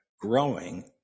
growing